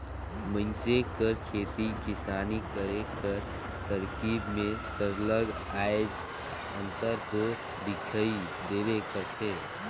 मइनसे कर खेती किसानी करे कर तरकीब में सरलग आएज अंतर दो दिखई देबे करथे